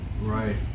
Right